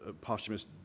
posthumous